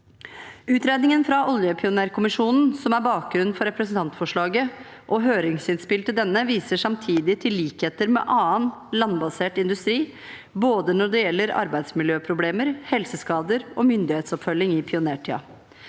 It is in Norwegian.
Utredningen fra oljepionerkommisjonen, som er bakgrunnen for representantforslaget, og høringsinnspill til denne viser samtidig til likheter med annen landbasert industri når det gjelder både arbeidsmiljøproblemer, helseskader og myndighetsoppfølging i pionertiden.